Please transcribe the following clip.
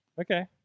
Okay